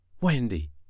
Wendy